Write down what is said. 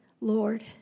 Lord